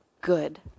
good